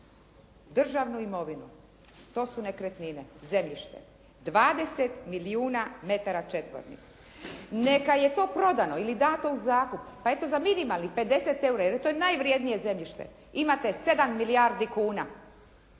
državnu imovinu. To su nekretnine zemljište, 20 milijuna metara četvornih. Neka je to prodano, ili dano u zakup, pa eto za minimalnih 50 eura jer je to najvrjednije zemljište, imate 7 milijardi kuna,